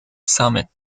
summit